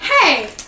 Hey